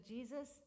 Jesus